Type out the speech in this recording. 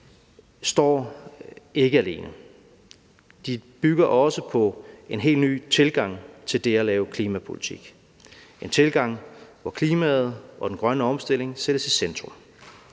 står ikke alene. De bygger også på en helt ny tilgang til det at lave klimapolitik – en tilgang, hvor klimaet og den grønne omstilling sættes i centrum.